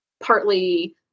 partly